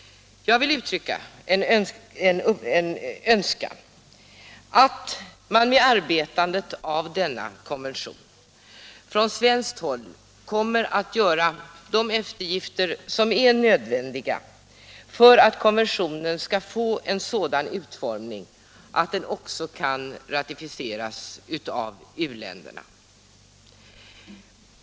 Jag vill uttrycka det önskemålet att man vid arbetet med denna konvention från svenskt håll kommer att göra de eftergifter som är nödvändiga för att konventionen skall få en sådan utformning att den också kan ratificeras av u-länderna.